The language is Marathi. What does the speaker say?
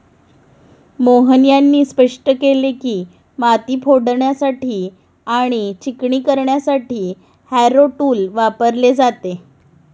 मोहन यांनी स्पष्ट केले की, माती फोडण्यासाठी आणि चिकणी करण्यासाठी हॅरो टूल वापरले जाते